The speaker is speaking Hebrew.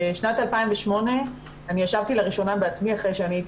בשנת 2008 אני ישבתי לראשונה בעצמי אחרי שאני הייתי